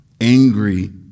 angry